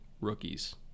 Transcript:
rookies